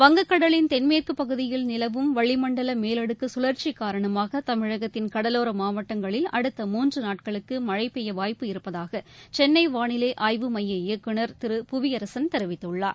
வங்கக்கடலின் தென்மேற்குப் பகுதியில் நிலவும் வளிமண்டல மேலடுக்கு கழ்ற்சி காரணமாக தமிழகத்தின் கடலோர மாவட்டங்களில் அடுத்த மூன்று நாட்களுக்கு மழை பெய்ய வாய்ப்பு இருப்பதாக சென்னை வானிலை ஆய்வு மைய இயக்குனர் திரு புவியரசன் தெரிவித்துள்ளார்